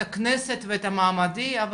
את הכנסת ואת מעמדי,